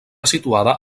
situada